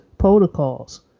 Protocols